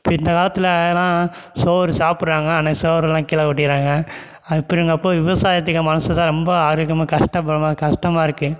இப்போ இந்த காலத்திலலாம் சோறு சாப்பிட்றாங்க ஆனால் சோறுலாம் கீழே கொட்டிடுறாங்க அப்படிங்கிறப்போ விவசாயத்துங்க மனது தான் ரொம்ப ஆரோக்கியமாக கஷ்டப்படுமா கஷ்டமாக இருக்குது